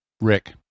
Rick